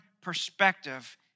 perspective